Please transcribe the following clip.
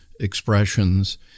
Expressions